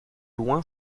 loin